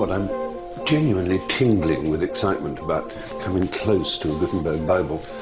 but i'm genuinely tingling with excitement about coming close to a gutenberg bible,